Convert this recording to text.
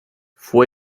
fue